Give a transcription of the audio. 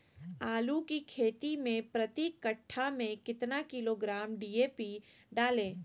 आलू की खेती मे प्रति कट्ठा में कितना किलोग्राम डी.ए.पी डाले?